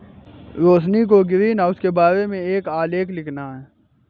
रोशिनी को ग्रीनहाउस के बारे में एक आलेख लिखना है